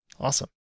Awesome